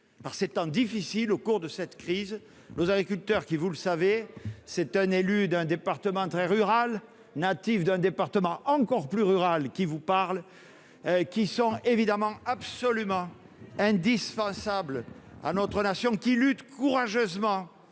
par ces temps difficiles au cours de cette crise nos agriculteurs qui, vous le savez, c'est un élu d'un département très rural, natif d'un département encore plus rurales qui vous parle. Qui sont évidemment absolument indispensables à notre nation qui luttent courageusement